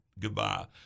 Goodbye